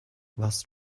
warst